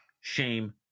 shame